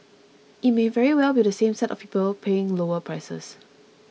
it may very well be the same set of people paying lower prices